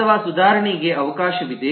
ಅಥವಾ ಸುಧಾರಣೆಗೆ ಅವಕಾಶವಿದೆ